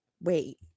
wait